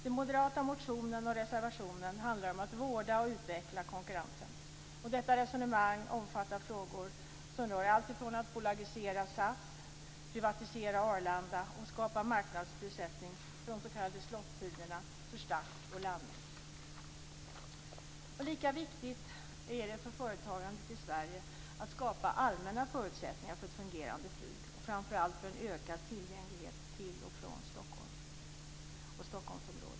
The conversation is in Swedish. Den moderata motionen och reservationen handlar om att vårda och utveckla konkurrensen. Detta resonemang omfattar frågor som rör allt ifrån att bolagisera SAS, privatisera Arlanda och skapa en marknadsprissättning för de s.k. slottiderna för start och landning. Lika viktigt är det för företagandet i Sverige att skapa allmänna förutsättningar för ett fungerande flyg och framför allt för en ökad tillgänglighet till och från Stockholm och Stockholmsområdet.